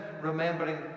remembering